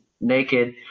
naked